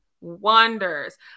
wonders